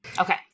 Okay